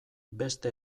beste